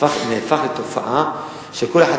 זה נהפך לתופעה שכל אחד,